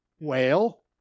whale